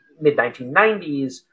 mid-1990s